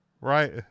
Right